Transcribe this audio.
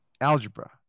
algebra